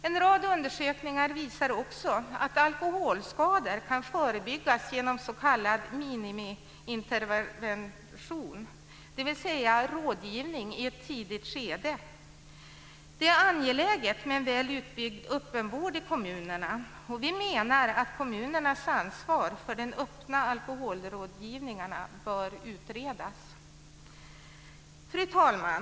En rad undersökningar visar också att alkoholskador kan förebyggas genom s.k. minimiintervention, dvs. rådgivning i ett tidigt skede. Det är angeläget med en väl utbyggd öppenvård i kommunerna. Vi menar att kommunernas ansvar för den öppna alkoholrådgivningen bör utredas. Fru talman!